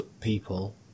people